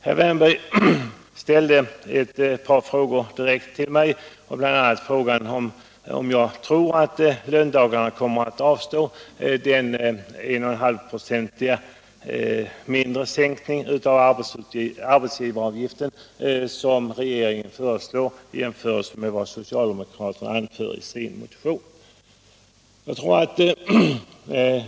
Herr Wärnberg ställde ett par frågor direkt till mig, bl.a. frågan om jag tror att löntagarna i sina lönekrav kommer att ta hänsyn till att regeringen föreslagit en 1,5 96 mindre höjning av arbetsgivaravgiften än socialdemokraterna.